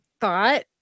thought